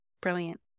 Brilliant